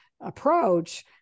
approach